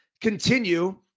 continue